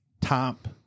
Top